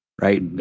Right